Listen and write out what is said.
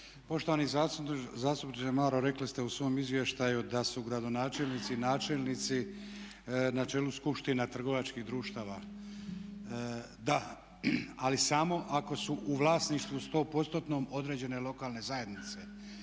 Poštovani zastupniče Maro rekli ste u svom izvještaju da su gradonačelnici, načelnici na čelu skupština trgovačkih društava. Da, ali samo ako su u vlasništvu 100%-nom određene lokalne zajednice.